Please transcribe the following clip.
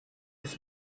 his